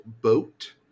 Boat